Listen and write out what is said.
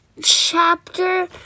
chapter